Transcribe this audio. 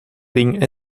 ring